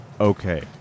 Okay